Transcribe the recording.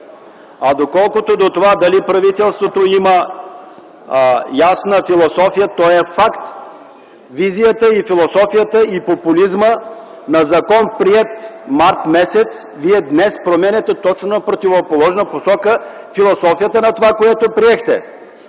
А колкото до това дали правителството има ясна философия, то е факт. Визията, философията и популизмът на закон приет м. март, вие днес променяте точно на противоположна посока от философията на това, което приехте.